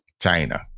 China